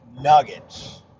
nuggets